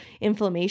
inflammation